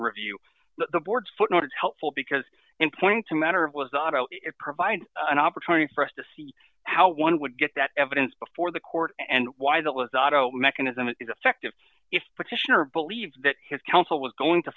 review the board's footnote is helpful because in point to matter was auto it provided an opportunity for us to see how one would get that evidence before the court and why that was auto mechanism an effective if petitioner believes that his counsel was going to